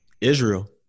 Israel